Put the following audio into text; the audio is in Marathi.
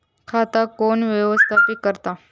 खाता कोण व्यवस्थापित करता?